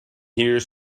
here